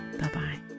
Bye-bye